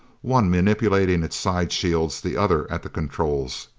one manipulating its side shields, the other at the controls.